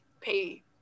pay